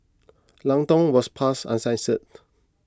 Lang Tong was passed uncensored